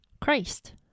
Christ